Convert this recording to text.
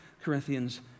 Corinthians